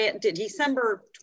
December